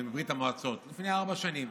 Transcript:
ומברית המועצות לפני ארבע שנים?